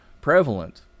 prevalent